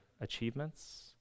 achievements